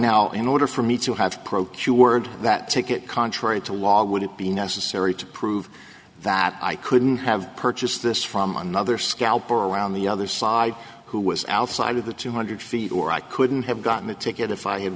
now in order for me to have procured that ticket contrary to law would it be necessary to prove that i couldn't have purchased this from another scalp around the other side who was outside of the two hundred feet or i couldn't have gotten the ticket if i had